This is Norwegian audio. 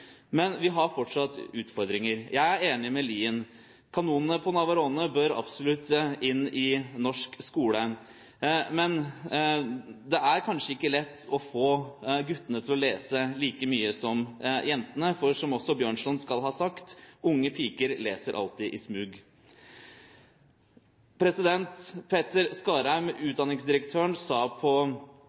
Men vi har fortsatt utfordringer. Jeg er enig med Lien. «Kanonene på Navarone» bør absolutt inn i norsk skole, men det er kanskje ikke lett å få guttene til å lese like mye som jentene, for som også Bjørnson skal ha sagt: «Unge piker leser alltid i smug.» Petter Skarheim, utdanningsdirektøren, sa på